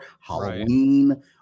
Halloween